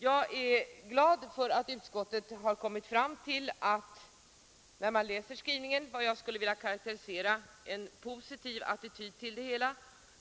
Jag är glad över att utskottet intagit vad jag skulle vilja karakterisera som en positiv attityd till frågan.